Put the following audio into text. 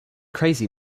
crazy